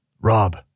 Rob